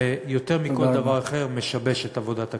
זה יותר מכל דבר אחר משבש את עבודת הכנסת.